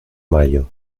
mayo